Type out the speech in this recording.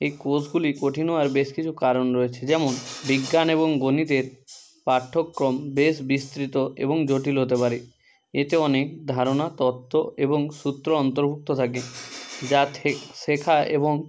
এই কোর্সগুলি কঠিন হওয়ার বেশ কিছু কারণ রয়েছে যেমন বিজ্ঞান এবং গণিতের পাঠ্যক্রম বেশ বিস্তৃত এবং জটিল হতে পারে এতে অনেক ধারণা তত্ত্ব এবং সূত্র অন্তর্ভুক্ত থাকে যা থেকে শেখা এবং